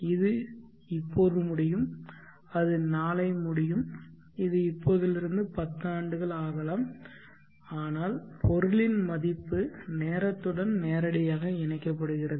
இது இப்போது முடியும் அது நாளை முடியும் இது இப்போதிலிருந்து 10 ஆண்டுகள் ஆகலாம் ஆனால் பொருளின் மதிப்பு நேரத்துடன் நேரடியாக இணைக்கப்படுகிறது